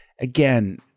again